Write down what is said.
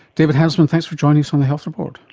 david handelsman, thanks for joining us on the health report.